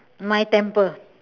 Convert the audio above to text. my temper